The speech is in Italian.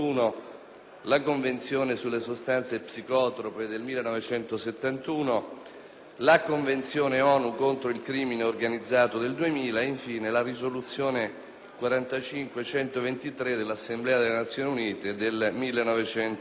la Convenzione sulle sostanze psicotrope del 1971, la Convenzione ONU contro il crimine organizzato del 2000, infine la Risoluzione 45/123 dell'Assemblea delle Nazioni Unite del 1990.